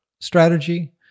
strategy